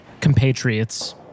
compatriots